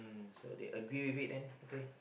so they agree with it then okay